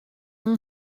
yng